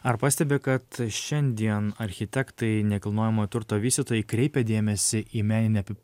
ar pastebi kad šiandien architektai nekilnojamojo turto vystytojai kreipia dėmesį į meninę pi